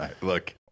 Look